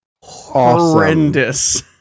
horrendous